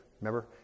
Remember